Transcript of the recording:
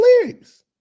lyrics